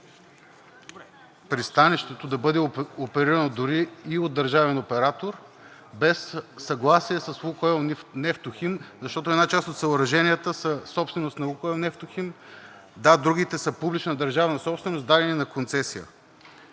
пристанището да бъде оперирано дори и от държавен оператор без съгласие с „Лукойл Нефтохим“, защото една част от съоръженията са собственост на „Лукойл Нефтохим“. Да, другите са публична държавна собственост, дадени на концесия.